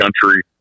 country